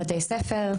בתי ספר,